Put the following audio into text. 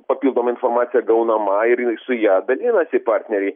papildoma informacija gaunama ir su ja dalinasi partneriai